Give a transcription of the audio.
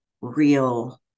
real